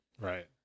Right